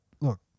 look